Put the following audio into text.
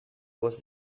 was